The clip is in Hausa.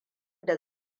da